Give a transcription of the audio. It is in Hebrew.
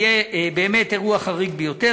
זה יהיה באמת אירוע חריג ביותר,